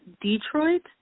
Detroit